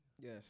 Yes